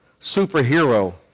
superhero